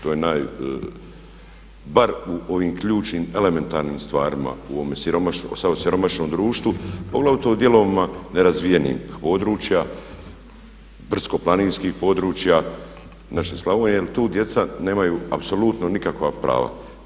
To je bar u ovim ključnim elementarnim stvarima u ovome siromašnom društvu, poglavito u dijelovima nerazvijenih područja, brdsko-planinskih područja naše Slavonije jer tu djeca nemaju apsolutno nikakva prava.